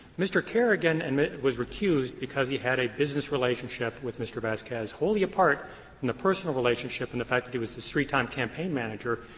mr. carrigan and was recused because he had a business relationship with mr. vasquez. wholly apart from and the personal relationship and the fact that he was his three-time campaign manager,